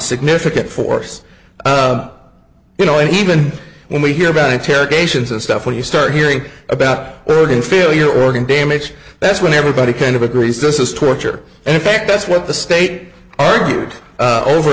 significant force you know even when we hear about interrogation this stuff when you start hearing about it in failure organ damage that's when everybody kind of agrees this is torture and in fact that's what the state argued over